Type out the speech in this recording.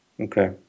Okay